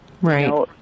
Right